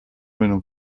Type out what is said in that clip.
meno